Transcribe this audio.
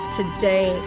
today